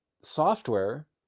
software